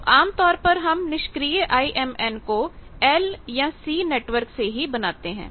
तो आमतौर पर हम निष्क्रिय IMN को L या C नेटवर्क से ही बनाते हैं